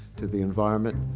to the environment,